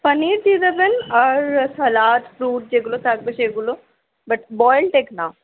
পনির দিয়ে দেবেন আর স্যালাড ফ্রুট যেগুলো থাকবে সেগুলো বাট বয়েলড এগ না